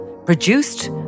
Produced